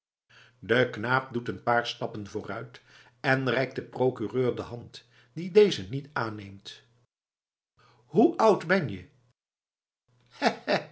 de knaap doet een paar stappen vooruit en reikt den procureur de hand die deze niet aanneemt hoe oud ben je